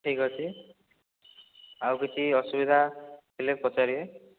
ଠିକ୍ ଅଛି ଆଉ କିଛି ଅସୁବିଧା ହେଲେ ପଚାରିବେ